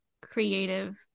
creative